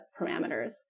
parameters